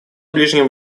ближнем